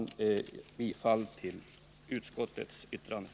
Jag yrkar bifall till utskottets hemställan.